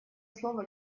слово